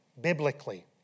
biblically